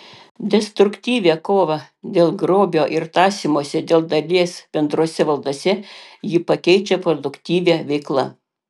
destruktyvią kovą dėl grobio ir tąsymąsi dėl dalies bendrose valdose ji pakeičia produktyvia veikla